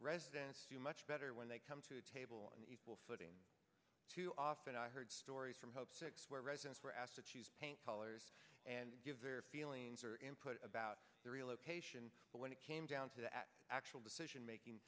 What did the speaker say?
residents do much better when they come to the table an equal footing too often i've heard stories from hope six where residents were asked to choose paint colors and give their feelings or input about the relocate but when it came down to the actual decision making